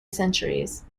centuries